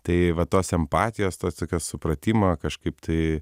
tai va tos empatijos tos tokios supratimo kažkaip tai